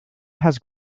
has